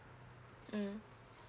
mm